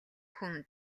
хүн